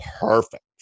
perfect